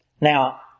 Now